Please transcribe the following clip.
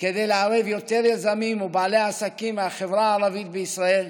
כדי לערב יותר יזמים ובעלי עסקים מהחברה הערבית בישראל,